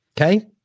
Okay